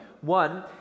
one